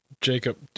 Jacob